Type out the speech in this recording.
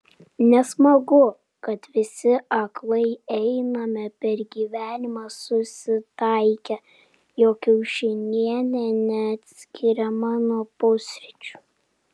nesmagu kad visi aklai einame per gyvenimą susitaikę jog kiaušinienė neatskiriama nuo pusryčių